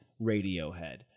Radiohead